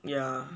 yeah